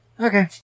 Okay